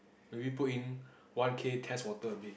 can we put in one K to test water a bit